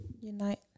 Unite